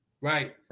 right